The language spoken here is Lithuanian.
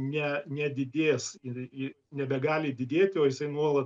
ne nedidės ir į nebegali didėti o jisai nuola